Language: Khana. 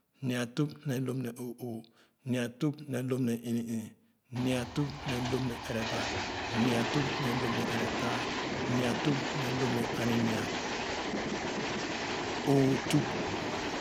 Nua tup ne w̃p ne o'oo, nua tup ne w̃p ne onu-ii, nua tup ne w̃pne ereba, nua tup ne w̃p ne eretaa, nua tup ne w̃p ne ani-nia, o'oo tup.